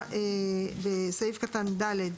הוראה בסעיף (ד).